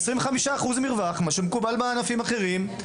25% מרווח כמו שמקובל בענפים אחרים.